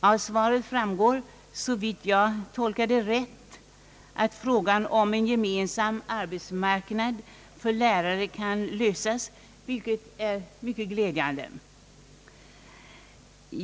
Av svaret framgår, såvitt jag tolkar det rätt, att frågan om en gemensam arbetsmarknad för lärare kan lösas, vilket är mycket glädjande.